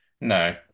No